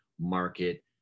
market